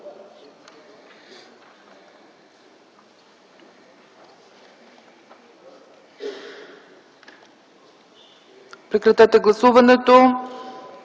Прекратете гласуването!